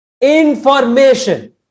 information